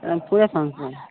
एकदम पूरा